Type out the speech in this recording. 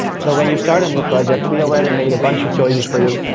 so when you start a new project, we already made a bunch of choices for you.